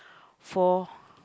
for